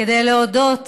כדי להודות